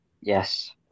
Yes